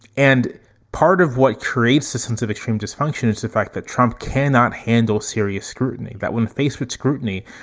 and part of what creates this sense of extreme dysfunction is the fact that trump cannot handle serious scrutiny, that when faced with scrutiny,